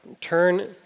turn